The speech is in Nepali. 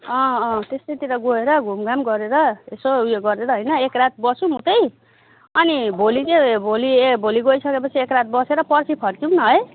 अँ अँ त्यस्तैतिर गएर घुमघाम गरेर यसो उयो गरेर होइन एक रात बसौँ उतै अनि भोलि चाहिँ भोलि ए भोलि गइसकेपछि एक रात बसेर पर्सि फर्कियौँ न है